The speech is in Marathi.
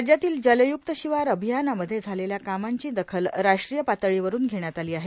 राज्यातील जलय्क्त शिवार अभियानमध्ये झालेल्या कामांची दखल राष्ट्रीय पातळीवरून घेण्यात आली आहे